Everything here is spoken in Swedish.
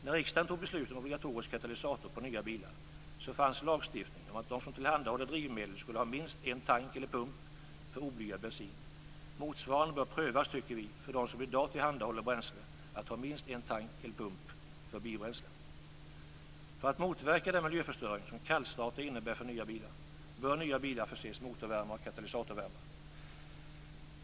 När riksdagen tog beslut om obligatorisk katalysator på nya bilar fanns lagstiftning om att de som tillhandahåller drivmedel skulle ha minst en tank eller pump för oblyad bensin. Vi tycker att något motsvarande bör prövas för dem som i dag tillhandahåller bränsle, nämligen att ha minst en tank eller pump för biobränsle. För att motverka den miljöförstöring som kallstarter innebär bör nya bilar förses med motorvärmare och katalysatorvärmare.